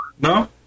No